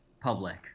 public